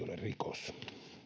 ole rikos